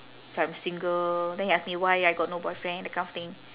if I'm single then he ask me why I got no boyfriend that kind of thing